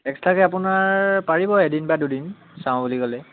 এক্সট্ৰাকে আপোনাৰ পাৰিব এদিন বা দুদিন চাওঁ বুলি ক'লে